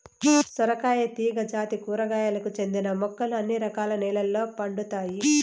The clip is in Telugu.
సొరకాయ తీగ జాతి కూరగాయలకు చెందిన మొక్కలు అన్ని రకాల నెలల్లో పండుతాయి